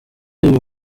uyu